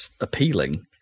appealing